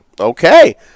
Okay